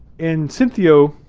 and cinthio,